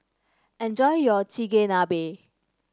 enjoy your Chigenabe